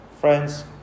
Friends